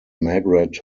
margaret